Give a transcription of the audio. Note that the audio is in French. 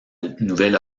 nouvelle